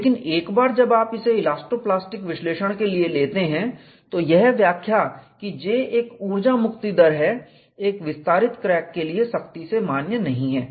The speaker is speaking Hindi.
लेकिन एक बार जब आप इसे इलास्टो प्लास्टिक विश्लेषण के लिए लेते हैं तो यह व्याख्या कि J एक ऊर्जा मुक्ति दर है एक विस्तारित क्रैक के लिए सख्ती से मान्य नहीं है